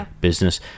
business